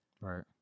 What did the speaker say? Right